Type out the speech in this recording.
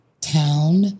town